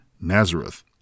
Nazareth